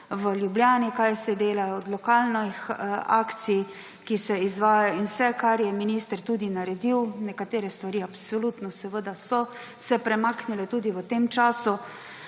v Ljubljani kaj se dela, od lokalnih akcij, ki se izvajajo, in vse, kar je minister tudi naredil ‒ nekatere stvari so se absolutno premaknile tudi v tem času.